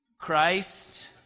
Christ